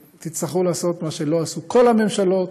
תצטרכו לעשות את מה שלא עשו כל הממשלות,